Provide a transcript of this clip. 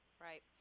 right